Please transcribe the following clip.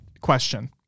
question